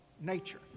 nature